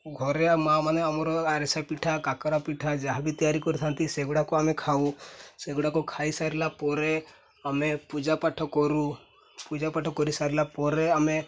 ଘରେ ମାଆ ମାନେ ଆମର ଆରିସା ପିଠା କାକରା ପିଠା ଯାହା ବି ତିଆରି କରିଥାନ୍ତି ସେଗୁଡ଼ାକୁ ଆମେ ଖାଉ ସେଗୁଡ଼ାକୁ ଖାଇସାରିଲା ପରେ ଆମେ ପୂଜା ପାଠ କରୁ ପୂଜା ପାଠ କରିସାରିଲା ପରେ ଆମେ